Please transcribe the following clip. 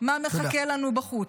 מה מחכה לנו בחוץ.